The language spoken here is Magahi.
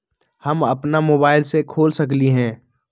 हम अपना मोबाइल से खोल सकली ह?